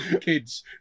kids